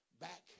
back